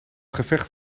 gevecht